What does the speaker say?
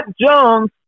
Jones